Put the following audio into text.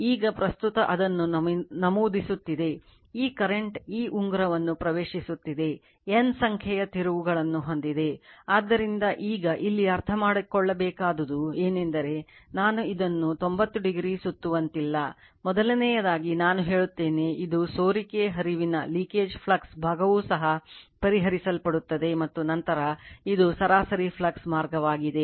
ಈಗ ಪ್ರಸ್ತುತ ಅದನ್ನು ನಮೂದಿಸುತ್ತಿದೆ ಈ ಕರೆಂಟ್ ಈ ಉಂಗುರವನ್ನು ಪ್ರವೇಶಿಸುತ್ತಿದೆ N ಸಂಖ್ಯೆಯ ತಿರುವು ಭಾಗವೂ ಸಹ ಪರಿಹರಿಸಲ್ಪಡುತ್ತದೆ ಮತ್ತು ನಂತರ ಇದು ಸರಾಸರಿ ಫ್ಲಕ್ಸ್ ಮಾರ್ಗವಾಗಿದೆ